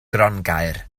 grongaer